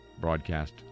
broadcast